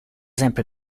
sempre